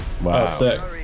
Wow